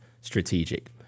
strategic